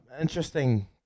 interesting